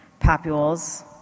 papules